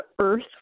earth